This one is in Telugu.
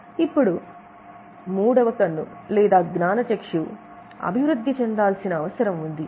ఇప్పుడు మూడవ కన్ను లేదా జ్ఞానచక్షు అభివృద్ధి చెందాల్సిన అవసరం ఉంది